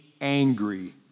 angry